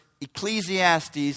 Ecclesiastes